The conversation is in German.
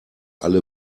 alle